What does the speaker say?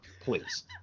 please